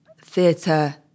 theatre